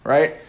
Right